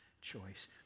choice